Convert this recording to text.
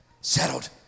settled